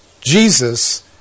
Jesus